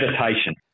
Meditation